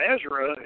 Ezra